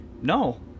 No